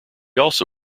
also